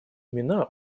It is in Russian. имена